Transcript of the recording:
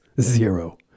zero